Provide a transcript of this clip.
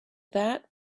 that